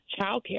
childcare